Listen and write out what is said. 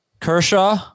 Kershaw